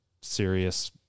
serious